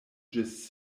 ĝis